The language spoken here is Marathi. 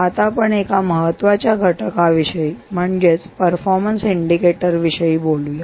आता आपण एका महत्वाच्या घटकाविषयी म्हणजे परफॉर्मन्स इंडिकेटर विषयी बोलूया